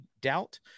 doubt